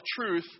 truth